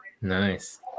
Nice